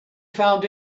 found